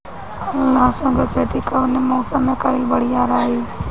लहसुन क खेती कवने मौसम में कइल बढ़िया रही?